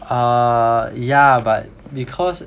uh yeah but because